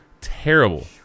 Terrible